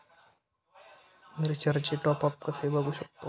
मी रिचार्जचे टॉपअप कसे बघू शकतो?